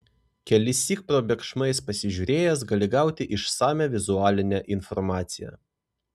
kelissyk probėgšmais pasižiūrėjęs gali gauti išsamią vizualinę informaciją